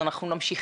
אז אנחנו נמשיך.